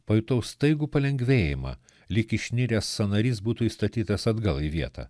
pajutau staigų palengvėjimą lyg išniręs sąnarys būtų įstatytas atgal į vietą